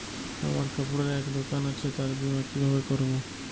আমার কাপড়ের এক দোকান আছে তার বীমা কিভাবে করবো?